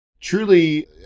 Truly